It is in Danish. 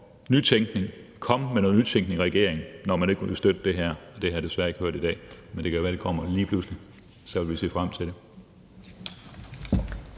nytænkning. Kom med noget nytænkning, regering, når man ikke vil støtte det her. Det har jeg desværre ikke hørt i dag, men det kan være, at det kommer lige pludselig; så vil vi se frem til det.